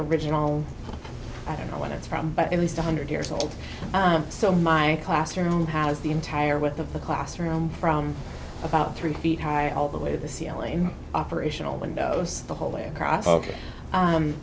original i don't know when it's from at least a hundred years old so my classroom has the entire width of the classroom from about three feet high all the way the ceiling operational windows